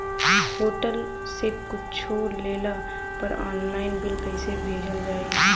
Hotel से कुच्छो लेला पर आनलाइन बिल कैसे भेजल जाइ?